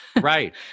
Right